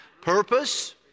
Purpose